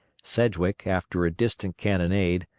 sedgwick, after a distant cannonade,